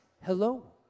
Hello